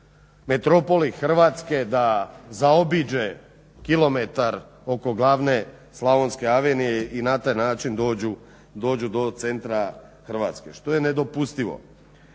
metropoli Hrvatske da zaobiđe kilometar oko glavne slavonske avenije i na taj način dođu do centra Hrvatske što je nedopustivo.